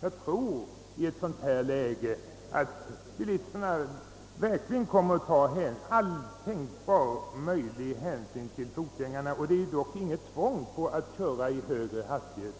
Jag tror att bilisterna i detta läge kommer att ta all tänkbar hänsyn till fotgängare. Det är: dock inget tvång på att köra med högre hastighet.